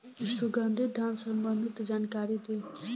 सुगंधित धान संबंधित जानकारी दी?